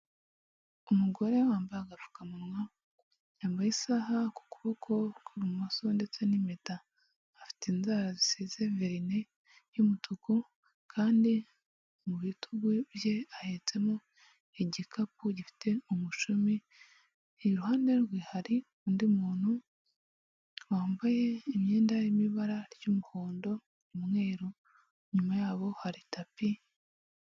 Umugore wambaye agapfukamunwa, yambaye isaha ku kuboko kw'ibumoso ndetse n'impeta, afite inzara zisize verine y'umutuku kandi mu bitugu bye ahetsemo igikapu gifite umushumi, iruhande rwe hari undi muntu wambaye imyenda irimo ibara ry'umuhondo, umweru, inyuma yabo hari tapi.